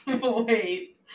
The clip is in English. Wait